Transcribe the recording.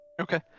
Okay